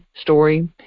story